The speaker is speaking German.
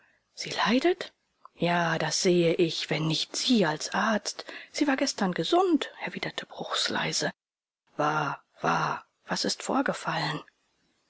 sie leidet ja das sehe ich wenn nicht sie als arzt sie war gestern gesund erwiderte bruchs leise war war was ist vorgefallen